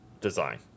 design